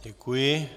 Děkuji.